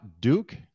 Duke